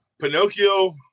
Pinocchio